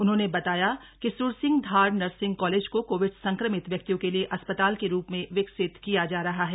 उन्होंने बताया कि स्रसिंग धार नर्सिंग कॉलेज को कोविड संक्रमित व्यक्तियों के लिए अस्पताल के रूप में विकसित किया जा रहा है